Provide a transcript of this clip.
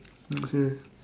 okay